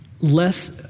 less